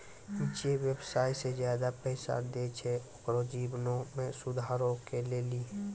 जे व्यवसाय के ज्यादा पैसा दै छै ओकरो जीवनो मे सुधारो के लेली